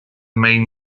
main